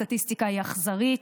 הסטטיסטיקה היא אכזרית.